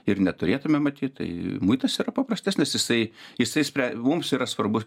ir neturėtume matyt tai muitas yra paprastesnis jisai jisai spren mums yra svarbu